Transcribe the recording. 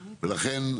ולכן,